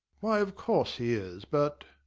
why, of course he is but